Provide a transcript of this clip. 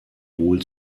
wohl